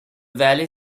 valley